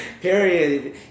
period